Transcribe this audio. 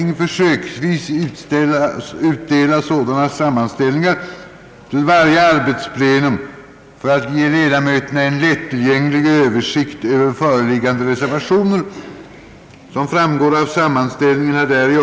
Jag vill fästa kammarledamöternas uppmärksamhet på att till dagens plenum utdelats en sammanställning över de ärenden, som behandlas vid plenum i dag och till vilka reservationer anförts.